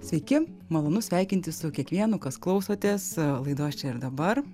sveiki malonu sveikintis su kiekvienu kas klausotės laidos čia ir dabar